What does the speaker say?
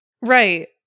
Right